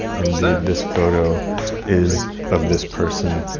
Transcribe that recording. indeed, this photo is of this person,